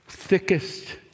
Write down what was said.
thickest